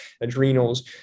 adrenals